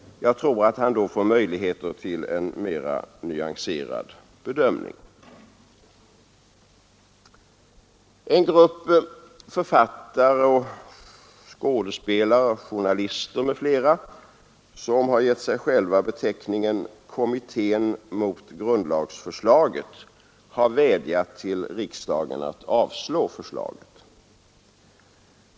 Jag tror att han då får möjligheter till en mera nyanserad bedömning. En grupp författare, skådespelare, journalister m.fl., som givit sig själva beteckningen Kommittén mot grundlagsförslaget, har vädjat till riksdagen att avslå förslaget.